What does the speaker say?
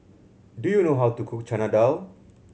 do you know how to cook Chana Dal